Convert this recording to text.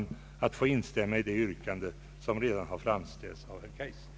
Jag ber att få instämma i det yrkande som redan framställts av herr Kaijser.